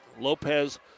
Lopez